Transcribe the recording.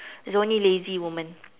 there's only lazy woman